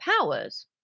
powers